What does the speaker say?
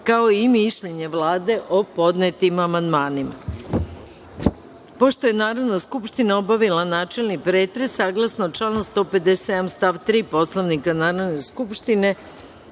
kao i mišljenje Vlade o podnetim amandmanima. Pošto je Narodna skupština obavila načelni pretres, saglasno članu 157. stav 3. Poslovnika Narodne skupštine,